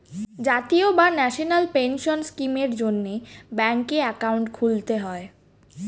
জাতীয় বা national pension স্কিমের জন্যে ব্যাঙ্কে অ্যাকাউন্ট খুলতে হয়